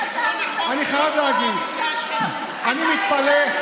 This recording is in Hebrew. שר המשפטים, מה